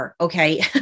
Okay